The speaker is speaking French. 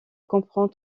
comprend